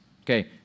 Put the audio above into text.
okay